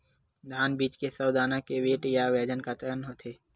धान बीज के सौ दाना के वेट या बजन कतके होथे?